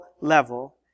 level